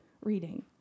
reading